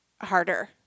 harder